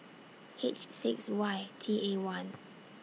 H six Y T A one